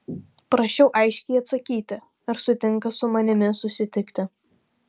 prašiau aiškiai atsakyti ar sutinka su manimi susitikti